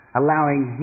allowing